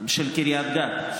של קריית גת.